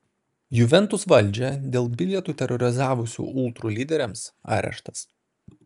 juventus valdžią dėl bilietų terorizavusių ultrų lyderiams areštas